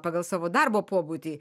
pagal savo darbo pobūdį